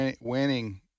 winning